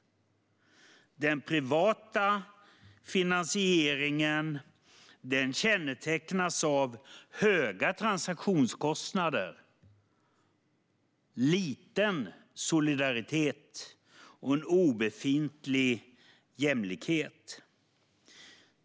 Den privata finansieringen kännetecknas av höga transaktionskostnader, liten solidaritet och en obefintlig jämlikhet.